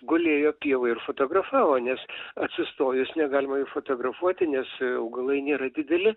gulėjo pievoj ir fotografavo nes atsistojus negalima jų fotografuoti nes augalai nėra dideli